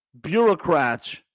bureaucrats